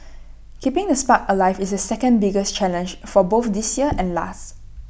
keeping the spark alive is the second biggest challenge for both this year and last